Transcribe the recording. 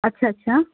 اچھا اچھا